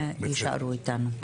תודה.